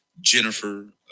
Jennifer